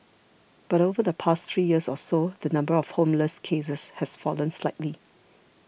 but over the past three years or so the number of homeless cases has fallen slightly